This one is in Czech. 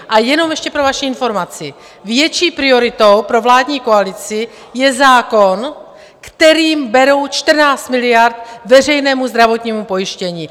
A jenom ještě pro vaši informaci, větší prioritou pro vládní koalici je zákon, kterým berou 14 miliard veřejnému zdravotnímu pojištění!